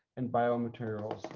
and biomaterials.